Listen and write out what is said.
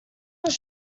was